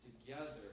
together